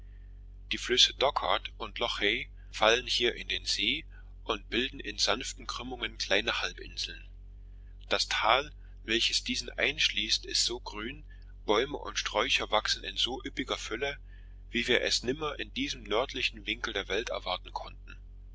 die flüsse dochart und lochay fallen hier in den see und bilden in sanften krümmungen kleine halbinseln das tal welches diesen einschließt ist so grün bäume und sträucher wachsen in so üppiger fülle wie wir es nimmer in diesem nördlichen winkel der welt erwarten konnten